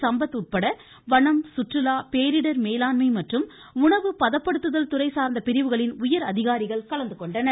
சம்பத் உட்பட வனம் சுற்றுலா பேரிடர் மேலாண்மை மற்றும் உணவு பதப்படுத்துதல் துறை சார்ந்த பிரிவுகளின் உயர் அதிகாரிகள் கலந்துகொண்டனர்